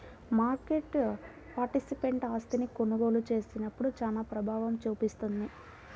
market participant ఆస్తిని కొనుగోలు చేసినప్పుడు చానా ప్రభావం చూపిస్తుంది